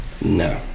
No